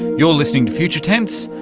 you're listening to future tense,